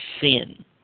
sin